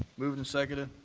moved and seconded.